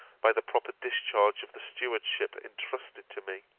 by the proper discharge of the stewardship intrusted to me.